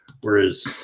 Whereas